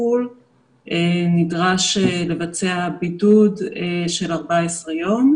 מחו"ל נדרש לבצע בידוד של 14 יום.